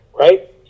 Right